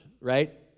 right